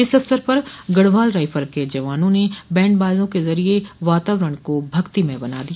इस अवसर पर गढ़वाल राइफल के जवानों ने बैंड बाजों के जरिये वातावरण को भक्तिमय बना दिया